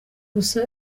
gusa